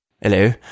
Hello